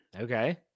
Okay